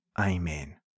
Amen